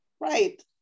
right